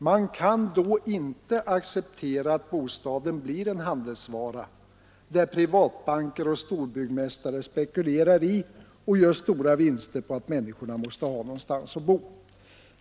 Man kan då inte acceptera att bostaden blir en handelsvara, där privatbanker och storbyggmästare gör stora vinster på att människor måste ha någonstans att bo.